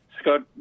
Scott